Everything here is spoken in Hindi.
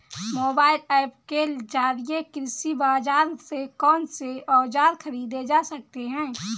मोबाइल ऐप के जरिए कृषि बाजार से कौन से औजार ख़रीदे जा सकते हैं?